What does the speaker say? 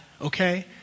okay